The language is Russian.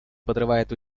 подрывает